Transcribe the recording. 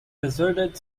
deserted